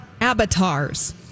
avatars